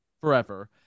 forever